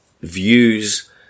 views